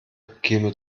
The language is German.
käme